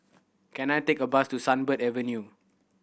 can I take a bus to Sunbird Avenue